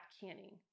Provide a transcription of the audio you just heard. canning